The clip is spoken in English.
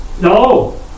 no